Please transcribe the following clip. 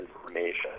information